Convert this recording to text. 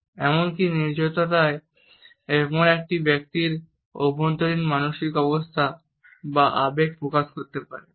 এবং এমনকি নির্জনতায়ও এটি যেকোনো ব্যক্তির অভ্যন্তরীণ মানসিক অবস্থা বা আবেগ প্রকাশ করতে পারে